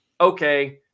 okay